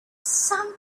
some